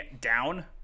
down